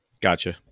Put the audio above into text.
Gotcha